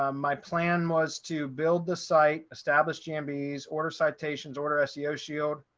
um my plan was to build the site established jammies order citations order seo shield,